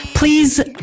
Please